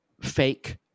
fake